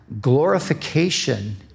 glorification